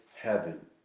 heaven